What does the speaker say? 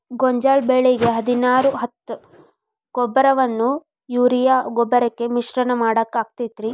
ಗೋಂಜಾಳ ಬೆಳಿಗೆ ಹದಿನಾರು ಹತ್ತು ಗೊಬ್ಬರವನ್ನು ಯೂರಿಯಾ ಗೊಬ್ಬರಕ್ಕೆ ಮಿಶ್ರಣ ಮಾಡಾಕ ಆಕ್ಕೆತಿ?